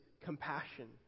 compassion